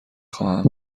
خواهم